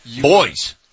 Boys